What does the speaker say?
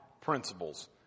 principles